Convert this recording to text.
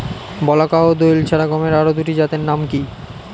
বলাকা ও দোয়েল ছাড়া গমের আরো দুটি জাতের নাম কি?